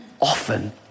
Often